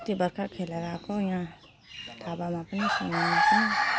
अस्ति भर्खर खेलेर आएको यहाँ थावामा पनि स्विमिङमा पनि